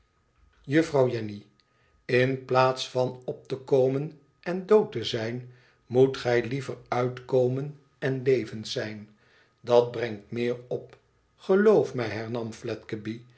uffrouw jenny in plaats van op te komen en dood te zijn moest gij liever uitkomen en levend zijn dat brengt meer op geloof mij